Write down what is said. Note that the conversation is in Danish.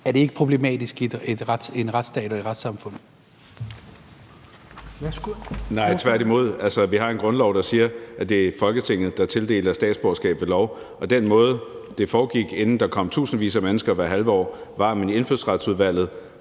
ordføreren. Kl. 17:46 Marcus Knuth (KF): Nej, tværtimod. Altså, vi har en grundlov, der siger, at det er Folketinget, der tildeler statsborgerskab ved lov, og den måde, det foregik på, inden der kom tusindvis af mennesker hvert halve år, var, at man i Indfødsretsudvalget,